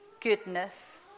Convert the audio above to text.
goodness